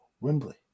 Wembley